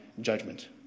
judgment